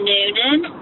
Noonan